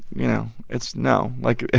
you know, it's no. like,